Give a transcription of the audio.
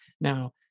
Now